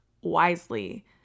wisely